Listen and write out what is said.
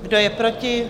Kdo je proti?